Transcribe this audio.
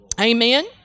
Amen